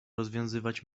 rozwiązywać